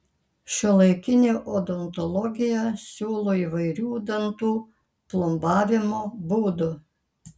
šiuolaikinė odontologija siūlo įvairių dantų plombavimo būdų